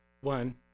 one